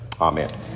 Amen